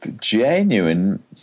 genuine